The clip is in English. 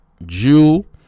jew